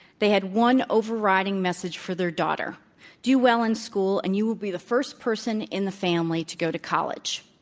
they had one overriding message for their daughter do well in school and you will be the first person in the family to go to college.